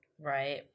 Right